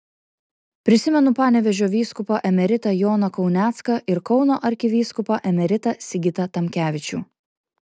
prisimenu panevėžio vyskupą emeritą joną kaunecką ir kauno arkivyskupą emeritą sigitą tamkevičių